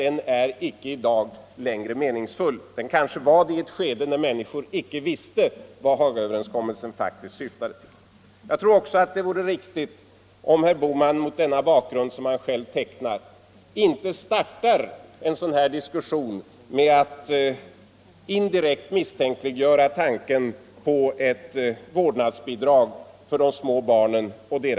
Det är i dag inte längre meningsfullt att fortsätta efter den linjen — det kanske var det när människor faktiskt inte visste vad Hagaöverenskommelsen syftade till. Jag tror också att det vore riktigt om herr Bohman mot den bakgrund som han själv tecknar inte startade en sådan diskussion med att indirekt misstänkliggöra tanken på ett vårdnadsbidrag till småbarnsföräldrarna.